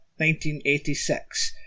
1986